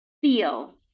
feel